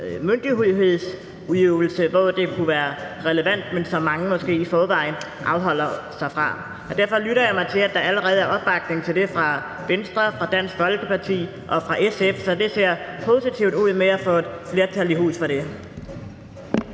myndighedsudøvelse, hvor det kunne være relevant, men som mange måske i forvejen afholder sig fra. Derfor lytter jeg mig til, at der allerede er opbakning til det fra Venstre, fra Dansk Folkeparti og fra SF, så det ser positivt ud med at få et flertal i hus for det.